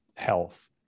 Health